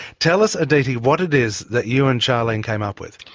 tell us aditi, what it is that you and xialene came up with.